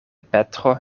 petro